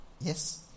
Yes